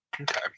Okay